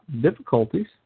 difficulties